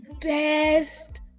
best